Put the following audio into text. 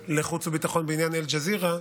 כבר לחוץ וביטחון, בעניין אל-ג'זירה.